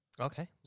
Okay